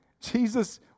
Jesus